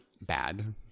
bad